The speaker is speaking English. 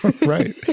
Right